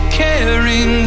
caring